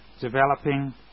developing